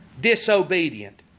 disobedient